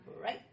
Right